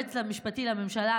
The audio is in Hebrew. היועץ המשפטי לממשלה,